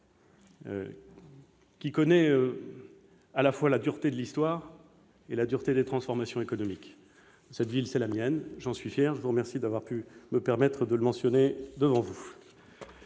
connaît à la fois la dureté de l'histoire et la dureté des transformations économiques. Cette ville, c'est la mienne, j'en suis fier, et je vous remercie de m'avoir permis de le dire devant le